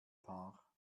paar